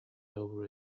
over